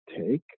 take